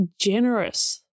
generous